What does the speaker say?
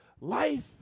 Life